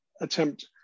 attempt